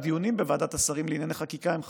הדיונים בוועדת השרים לענייני חקיקה הם חסויים,